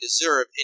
deserve